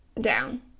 down